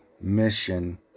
mission